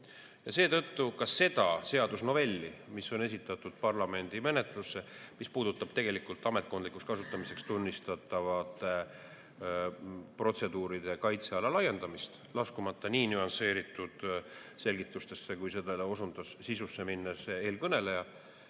Seetõttu ka sellele seadusnovellile, mis on esitatud parlamendi menetlusse ja mis puudutab tegelikult ametkondlikuks kasutamiseks tunnistatavate protseduuride kaitseala laiendamist – laskumata nii nüansseeritud selgitustesse, kui osundas sisusse minnes eelkõneleja